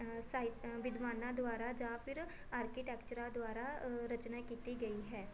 ਸਾਹਿਤ ਵਿਦਵਾਨਾਂ ਦੁਆਰਾ ਜਾਂ ਫਿਰ ਆਰਕੀਟੈਕਚਰਾ ਦੁਆਰਾ ਰਚਨਾ ਕੀਤੀ ਗਈ ਹੈ